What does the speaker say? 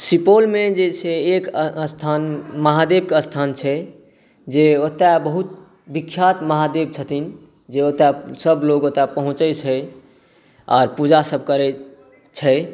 सुपौलमे जे छै एक स्थान महादेवके स्थान छै जे ओतय बहुत विख्यात महादेव छथिन जे ओतय सभलोग ओतय पहुँचै छै आ पूजासभ करै छै